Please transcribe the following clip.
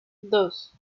dos